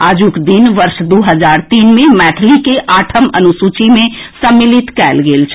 आजुक दिन वर्ष दू हजार तीन मे मैथिली के आठम अनुसूची मे सम्मिलित कएल गेल छल